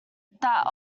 that